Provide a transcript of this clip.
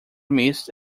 missed